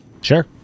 Sure